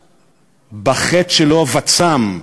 הודה בחטא שלו וצם,